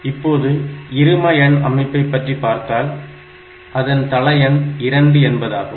இப்போது இருமஎண் அமைப்பை பார்த்தால் அதன் தளஎண் 2 என்பதாகும்